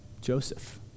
Joseph